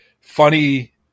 funny